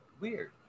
weird